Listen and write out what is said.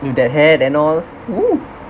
with that head and all oo